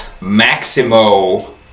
maximo